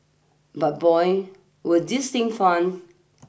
but boy were these thing fun